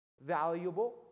valuable